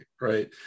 right